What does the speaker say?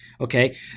Okay